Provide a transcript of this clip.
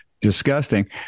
disgusting